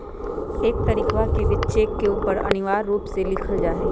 एक तारीखवा के भी चेक के ऊपर अनिवार्य रूप से लिखल जाहई